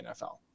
NFL